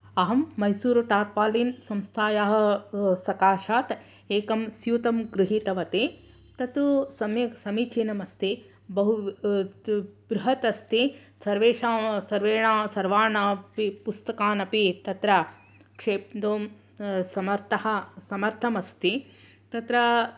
अहं मैसुरु टार्पालिन् संस्थायाः सकाशात् एकं स्यूतं गृहीतवती तत्तु समीचिनम् अस्ति बृहद् अस्ति सर्वेषां सर्वान् अपि पुस्तकान् अपि तत्र क्षेप्तुं समर्थः अस्ति तत्र